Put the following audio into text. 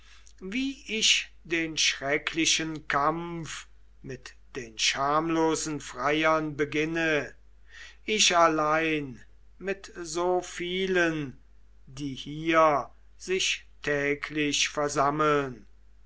wie ich den schrecklichen kampf mit den schamlosen freiern beginne ich allein mit so vielen die hier sich täglich versammeln